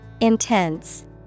Intense